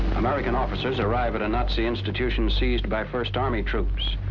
american officers arrive at a nazi institution seized by first army troops.